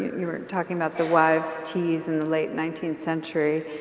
you were talking about the wives' teas in the late nineteenth century.